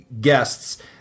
guests